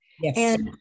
Yes